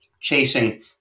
chasing